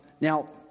now